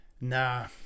Nah